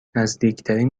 نزدیکترین